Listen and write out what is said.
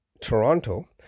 Toronto